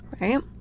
right